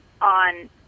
on